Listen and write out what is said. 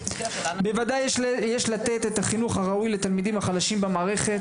בוודאי יש לתת את החינוך הראוי לתלמידים החלשים במערכת,